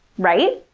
right?